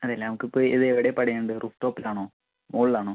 അതെ അല്ലേ നമുക്ക് ഇപ്പോൾ ഇത് എവിടെയാണ് പണിയണ്ട റൂഫ് ടോപ്പിൽ ആണോ മുകളിൽ ആണോ